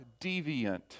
deviant